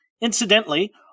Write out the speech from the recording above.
Incidentally